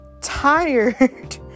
tired